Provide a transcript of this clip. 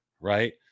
right